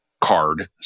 card